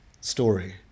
story